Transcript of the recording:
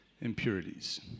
impurities